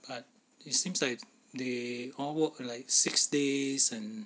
but it seems like they all work like six days and